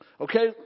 Okay